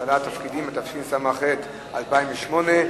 8), התש"ע 2010, נתקבל.